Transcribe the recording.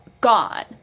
gone